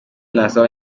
nasaba